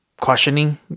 Questioning